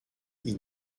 ils